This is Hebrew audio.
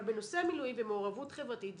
אבל בנושא מילואים ומעורבות חברתית,